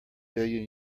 billion